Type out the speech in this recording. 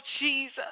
Jesus